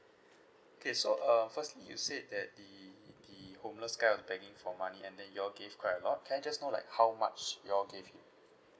okay so um firstly you said that the the homeless guy was begging for money and then you all gave quite a lot can I just know like how much you all gave